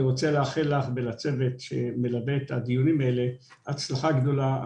אני רוצה לאחל לך ולצוות שמלווה את הדיונים האלה הצלחה גדולה.